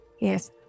Yes